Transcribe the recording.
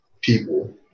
people